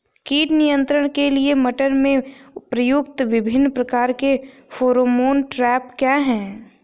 कीट नियंत्रण के लिए मटर में प्रयुक्त विभिन्न प्रकार के फेरोमोन ट्रैप क्या है?